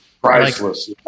Priceless